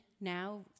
now